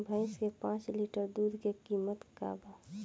भईस के पांच लीटर दुध के कीमत का बा?